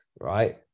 right